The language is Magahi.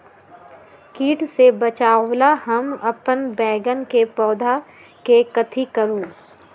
किट से बचावला हम अपन बैंगन के पौधा के कथी करू?